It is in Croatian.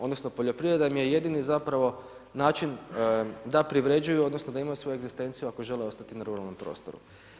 Odnosno, poljoprivreda im je jedino zapravo, način, da privređuju, odnosno da imaju svoju egzistenciju, ako žele ostati na ruralnom prostoru.